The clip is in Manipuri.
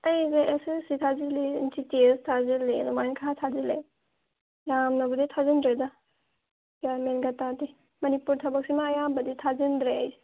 ꯑꯩꯁꯦ ꯑꯦꯁ ꯑꯦꯁ ꯁꯤ ꯊꯥꯖꯤꯜꯂꯤ ꯖꯤ ꯇꯤ ꯑꯦꯁ ꯊꯥꯖꯤꯜꯂꯤ ꯑꯗꯨꯃꯥꯏꯅ ꯈꯔ ꯊꯥꯖꯤꯜꯂꯦ ꯌꯥꯝꯅꯕꯨꯗꯤ ꯊꯥꯖꯤꯟꯗ꯭ꯔꯦꯗ ꯒ꯭ꯌꯥꯟ ꯃꯦꯟꯒ ꯇꯥꯗꯦ ꯃꯅꯤꯄꯨꯔ ꯊꯕꯛꯁꯤ ꯑꯃ ꯑꯌꯥꯝꯕꯗꯤ ꯊꯥꯖꯤꯟꯗ꯭ꯔꯦ